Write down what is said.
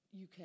UK